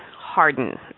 harden